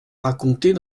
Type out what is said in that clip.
raconter